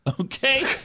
okay